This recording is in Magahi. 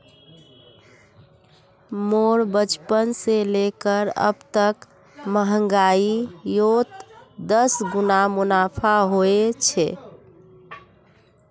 मोर बचपन से लेकर अब तक महंगाईयोत दस गुना मुनाफा होए छे